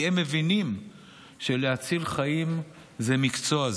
כי הם מבינים שלהציל חיים זה מקצוע,